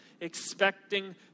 expecting